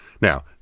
Now